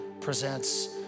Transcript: presents